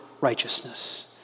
righteousness